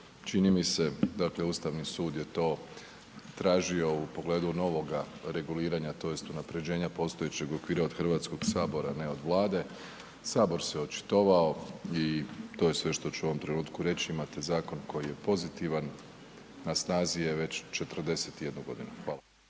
čini mi se. Dakle, Ustavni sud je to tražio u pogledu novoga reguliranja tj. unaprjeđenja postojećeg okvira od HS-a, ne od Vlade. Sabor se očitovao i to je sve što ću u ovom trenutku reći, imate zakon koji je pozitivan, na snazi je već 41 godinu. Hvala.